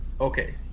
okay